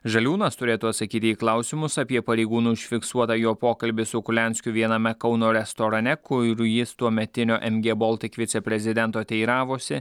žaliūnas turėtų atsakyti į klausimus apie pareigūnų užfiksuotą jo pokalbį su kulianskiu viename kauno restorane kur jis tuometinio mg baltic viceprezidento teiravosi